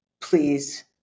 please